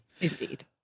Indeed